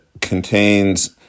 contains